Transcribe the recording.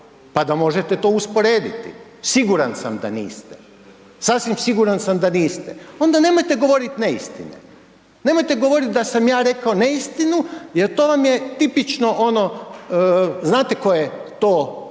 pa da možete to usporediti, siguran sam da niste, sasvim siguran sam da niste, onda nemojte govorit neistine, nemojte govorit da sam ja rekao neistinu jer to vam je tipično ono znate tko je to,